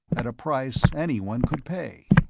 at a price anyone could pay.